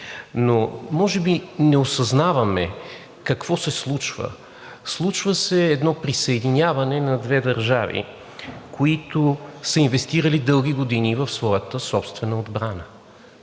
а може би не осъзнаваме какво се случва. Случва се едно присъединяване на две държави, които са инвестирали дълги години в своята собствена отбрана.